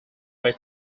were